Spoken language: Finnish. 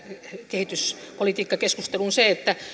kehityspolitiikkakeskusteluun se että